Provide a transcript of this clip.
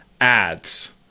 ads